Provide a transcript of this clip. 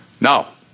Now